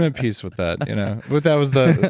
ah peace with that but that was the.